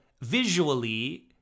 visually